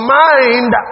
mind